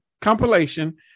compilation